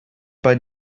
bei